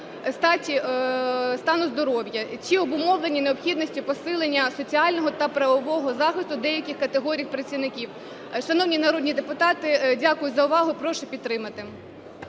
стану здоров'я чи обумовлені необхідністю посилення соціального та правового захисту деяких категорій працівників. Шановні народні депутати, дякую за увагу. Прошу підтримати.